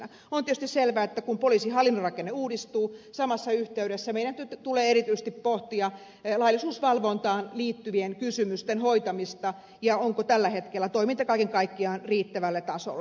on tietysti selvä että kun poliisihallinnon rakenne uudistuu samassa yhteydessä meidän tulee erityisesti pohtia laillisuusvalvontaan liittyvien kysymysten hoitamista ja sitä onko tällä hetkellä toiminta kaiken kaikkiaan riittävällä tasolla